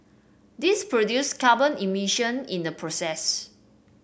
this produce carbon emission in the process